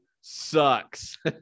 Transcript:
sucks